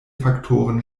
faktoren